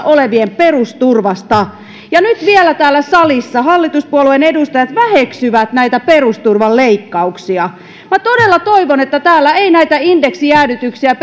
olevien perusturvasta ja nyt vielä täällä salissa hallituspuolueiden edustajat väheksyvät näitä perusturvan leikkauksia minä todella toivon että täällä ei näitä indeksijäädytyksiä